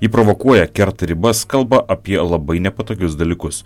ji provokuoja kerta ribas kalba apie labai nepatogius dalykus